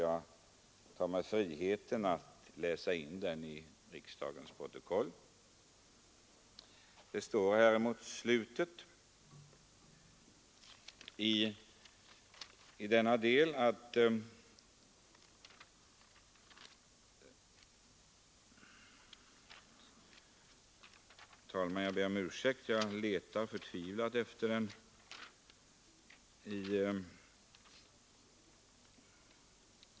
Jag tar mig friheten att läsa in den till riksdagens protokoll: utredningen nu avslutat sitt arbete.